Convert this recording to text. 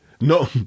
No